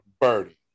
birdie